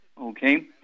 Okay